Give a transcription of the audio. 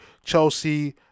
Chelsea